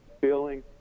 feeling